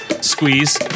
squeeze